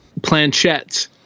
planchettes